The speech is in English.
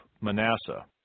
Manasseh